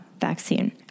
vaccine